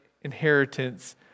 inheritance